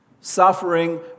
Suffering